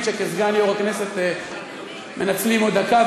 שכסגן יושב-ראש הכנסת מנצלים עוד דקה,